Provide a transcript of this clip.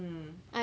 mm